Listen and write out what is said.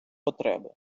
потреби